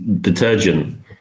detergent